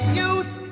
youth